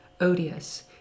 odious